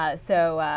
ah so